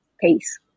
peace